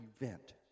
event